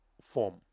form